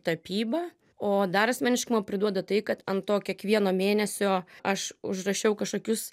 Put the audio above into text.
tapyba o dar asmeniškumo priduoda tai kad ant to kiekvieno mėnesio aš užrašiau kažkokius